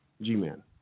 G-Man